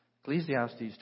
Ecclesiastes